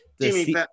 Jimmy